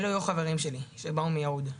אלה היו החברים שלי שהגיעו מיהוד,